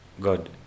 God